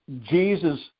Jesus